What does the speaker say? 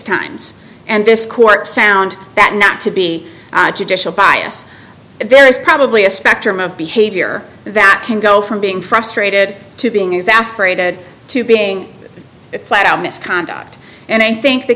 times and this court found that not to be judicial bias there is probably a spectrum of behavior that can go from being frustrated to being exasperated to being flat out misconduct and i think the